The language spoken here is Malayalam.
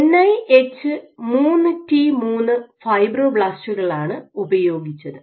എൻ ഐ എഛ് 3T3 ഫൈബ്രോബ്ലാസ്റ്റുകളാണ് ഉപയോഗിച്ചത്